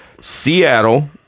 Seattle